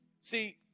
See